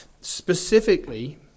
Specifically